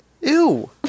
Ew